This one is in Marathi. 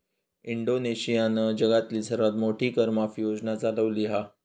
इंडोनेशियानं जगातली सर्वात मोठी कर माफी योजना चालवली हा